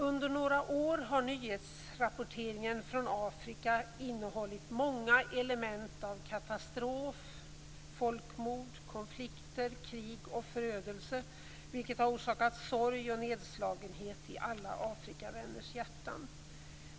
Under några år har nyhetsrapporteringen från Afrika innehållit många element av katastrof, folkmord, konflikter, krig och förödelse, vilket har orsakat sorg och nedslagenhet i alla Afrikavänners hjärtan.